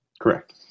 Correct